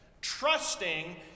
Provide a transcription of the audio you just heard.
trusting